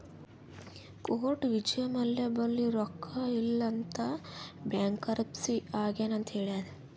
court Vijay Mallya ಬಲ್ಲಿ ರೊಕ್ಕಾ ಇಲ್ಲ ಅಂತ ಬ್ಯಾಂಕ್ರಪ್ಸಿ ಆಗ್ಯಾನ್ ಅಂತ್ ಹೇಳ್ಯಾದ್